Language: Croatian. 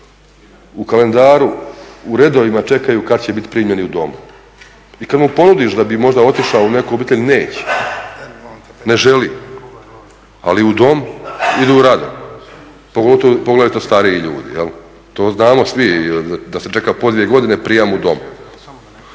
u kalendaru, u redovima čekaju kad će bit primljeni u dom. I kad mu ponudiš da bi možda otišao u neku obitelj neće, ne želi. Ali u dom idu rado, pogotovo, poglavito stariji ljudi. To znamo svi da se čeka po dvije godine prijem u dom.